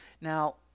Now